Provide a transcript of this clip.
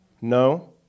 no